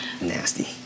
nasty